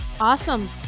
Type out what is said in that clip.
Awesome